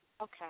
Okay